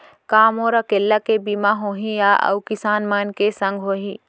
का मोर अकेल्ला के बीमा होही या अऊ किसान मन के संग होही?